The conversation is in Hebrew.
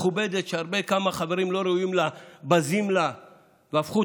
שייתנו לך את אותם דברים ותחפש מי שיגן